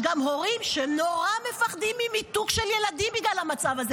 יש גם הורים שנורא מפחדים ממיתוג של ילדים בגלל המצב הזה,